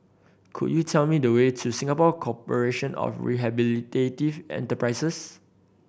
could you tell me the way to Singapore Corporation of Rehabilitative Enterprises